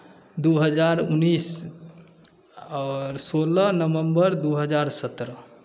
दू हजार उन्नैस आओर सोलह नवम्बर दू हजार सत्रह